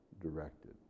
directed